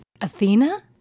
Athena